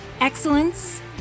excellence